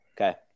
Okay